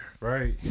Right